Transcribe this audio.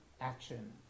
action